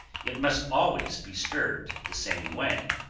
it must always be stirred the same way.